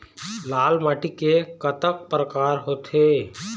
लाल माटी के कतक परकार होथे?